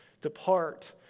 depart